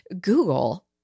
Google